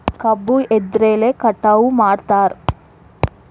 ಕಬ್ಬು ಎದ್ರಲೆ ಕಟಾವು ಮಾಡ್ತಾರ್?